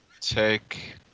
take